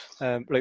Right